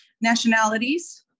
nationalities